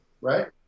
right